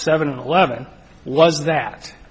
seven eleven was that